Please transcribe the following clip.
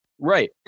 Right